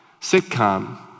sitcom